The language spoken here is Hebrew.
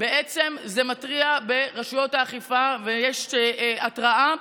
זה מתריע ברשויות האכיפה, יש התראה.